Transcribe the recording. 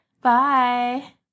Bye